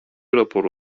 raporu